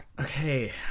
okay